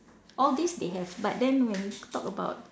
all these they have but then when you talk about